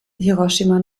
hiroshima